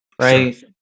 right